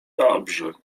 dobrzy